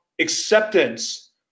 acceptance